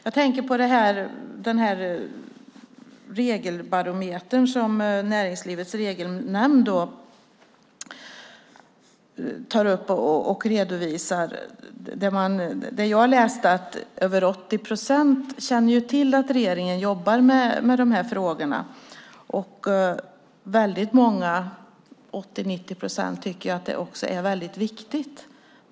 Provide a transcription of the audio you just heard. Jag tänker på Regelbarometern där Näringslivets Regelnämnd redovisar att över 80 procent känner till att regeringen jobbar med de här frågorna, och 80-90 procent tycker också att det är väldigt viktigt.